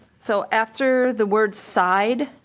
so after the word side